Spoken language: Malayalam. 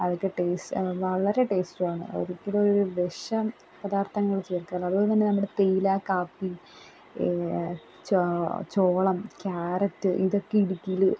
അതക്കെ ടേസ്റ്റ് വളരെ ടേസ്റ്റുമാണ് ഒരിക്കലും ഒരു വിഷം പദാർത്ഥങ്ങള് ചേർക്കുകേല അതുപോലെ തന്നെ നമ്മടെ തേയില കാപ്പി പിന്നെ ചോളം ക്യാരറ്റ് ഇതൊക്കെ ഇടുക്കിയില്